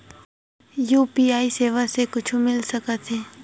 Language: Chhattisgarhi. यू.पी.आई सेवाएं से कुछु मिल सकत हे?